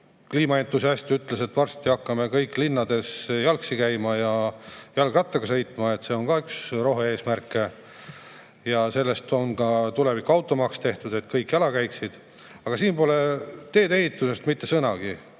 kliimaentusiast ütles, et varsti hakkame kõik linnades jalgsi käima ja jalgrattaga sõitma, see on ka üks rohe-eesmärke. Ja selleks on ka tuleviku automaks tehtud, et kõik jala käiksid. Aga siin pole teedeehitusest mitte sõnagi.